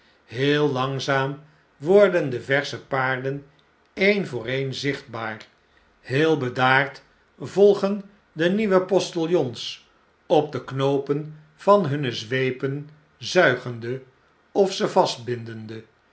heel langzaam worden de versche paarden ee'n voor een zichtbaar heel bedaard volgendenieuwepostiljons op de knoopen van hunne zweepen zuigende of ze